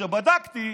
כשבדקתי,